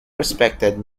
respected